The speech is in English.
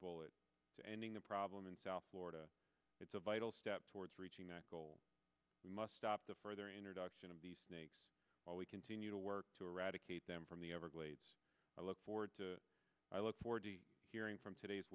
bullet to ending the problem in south florida it's a vital step towards reaching that goal we must stop the further introduction of these snakes while we continue to work to eradicate them from the everglades i look forward to i look forward to hearing from today's